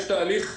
יש תהליך פשוט.